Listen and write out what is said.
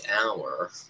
hour